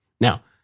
Now